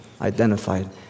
identified